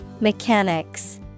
Mechanics